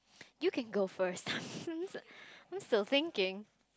you can go first I'm still thinking